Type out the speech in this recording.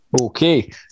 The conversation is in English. Okay